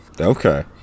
Okay